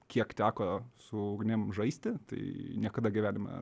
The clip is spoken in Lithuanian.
kiek teko su ugnim žaisti tai niekada gyvenime